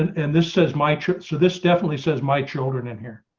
and and this says my trip. so this definitely says, my children in here.